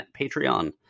Patreon